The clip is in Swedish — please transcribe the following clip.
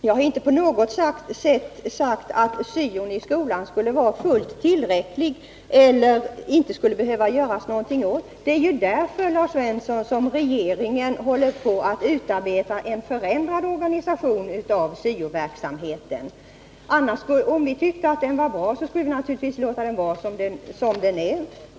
Jag har inte på något sätt sagt att syoverksamheten i skolan skulle vara fullt tillräcklig eller att det inte skulle behöva göras någonting åt den — det är ju med tanke på behovet härav regeringen håller på att utarbeta ett förslag till en förändrad organisation av syo-verksamheten. Hade vi tyckt att den var bra, skulle vi naturligtvis låta den vara som den är.